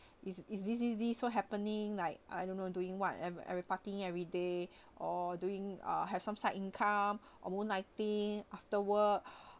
is is this this this so happening like I don't know doing what ever~ every partying everyday or doing uh have some side income overnighting after work